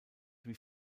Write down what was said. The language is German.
wie